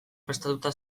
prestatuta